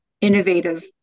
innovative